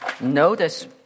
notice